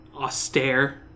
austere